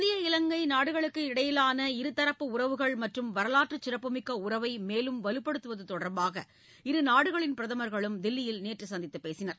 India இலங்கை நாடுகளுக்கு இடையிலான இருதரப்பு உறவுகள் மற்றும் வரலாற்றுச் சிறப்புமிக்க உறவை மேலும் பலப்படுத்துவது தொடர்பாக இருநாடுகளின் பிரதமர்களும் தில்லியில் நேற்று சந்தித்துப் பேசினர்